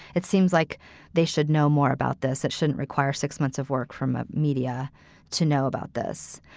it seems like they should know more about this. it shouldn't require six months of work from ah media to know about this.